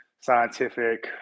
scientific